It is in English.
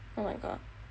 oh my god